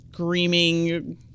Screaming